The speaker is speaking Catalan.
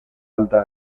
alta